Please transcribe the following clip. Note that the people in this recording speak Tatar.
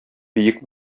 биек